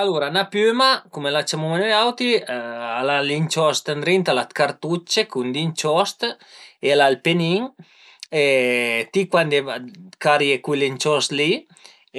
Alura 'na piüma cume la ciamuma nui auti al a l'inciost ëndrinta, al a dë cartucce cun l'inciost e al a ël penin e ti cuandi carie cul ënciost li